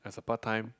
as a part time